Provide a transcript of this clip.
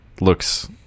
looks